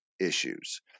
issues